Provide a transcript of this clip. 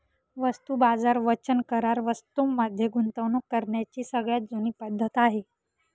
वस्तू बाजार वचन करार वस्तूं मध्ये गुंतवणूक करण्याची सगळ्यात जुनी पद्धत आहे